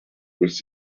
with